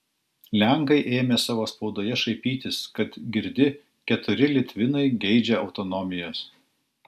lenkai ėmė savo spaudoje šaipytis kad girdi keturi litvinai geidžia autonomijos